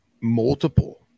multiple